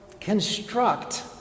construct